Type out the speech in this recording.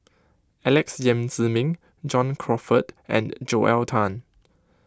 Alex Yam Ziming John Crawfurd and Joel Tan